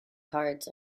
cards